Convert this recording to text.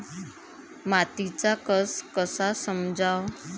मातीचा कस कसा समजाव?